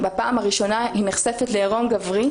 בפעם הראשונה היא נחשפת לעירום גברי,